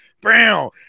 Brown